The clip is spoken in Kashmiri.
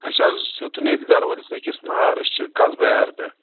اَسہِ حظ ہیوٚتُن ییٚتہِ گرٕ وٲلِس أکِس نار أسۍ چھِ قصبہ یارٕ پٮ۪ٹھ